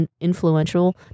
influential